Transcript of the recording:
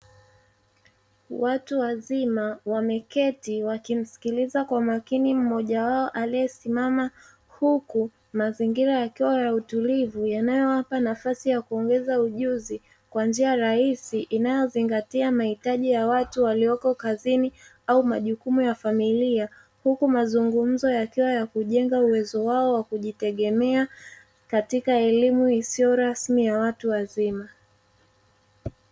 Watu wazima wameketi wakimsikiliza kwa makini mmoja wao aliyesimama, huku mazingira yakiwa ya utulivu yanayowapa nafasi ya kuongeza ujuzi kwa njia rahisi inayozingatia mahitaji ya watu walioko kazini au majukumu ya familia; huku mazungumzo yakiwa ya kujenga uwezo wao wa kujitegemea katika elimu isiyo rasmi ya watu wazima.